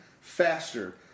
faster